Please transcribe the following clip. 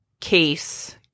case